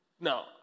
Now